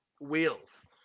wheels